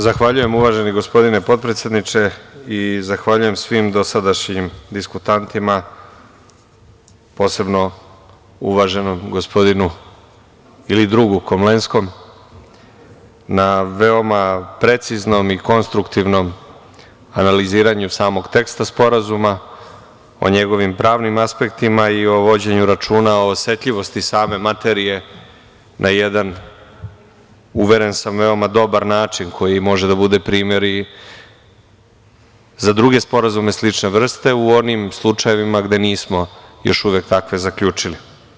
Zahvaljujem, uvaženi gospodine potpredsedniče i zahvaljujem svim dosadašnjim diskutantima, posebno uvaženom gospodinu ili drugu Komlenskom na veoma preciznom i konstruktivnom analiziranju samog teksta sporazuma, o njegovim pravnim aspektima i o vođenju računa o osetljivosti same materije na jedan, uveren sam, veoma dobar način koji može da bude primer i za druge sporazume slične vrste u onim slučajevima gde nismo još uvek takve zaključili.